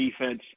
defense